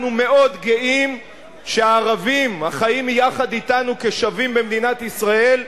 אנחנו מאוד גאים שהערבים החיים יחד אתנו כשווים במדינת ישראל,